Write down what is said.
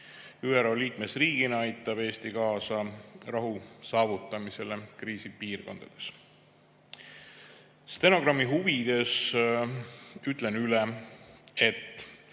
ÜRO liikmesriigina aitab Eesti kaasa rahu saavutamisele kriisipiirkondades. Stenogrammi huvides ütlen üle, et